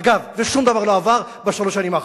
ואגב, שום דבר לא עבר בשלוש השנים האחרונות.